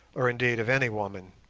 or indeed of any woman.